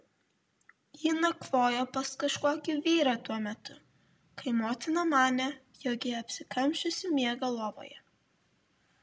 ji nakvojo pas kažkokį vyrą tuo metu kai motina manė jog ji apsikamšiusi miega lovoje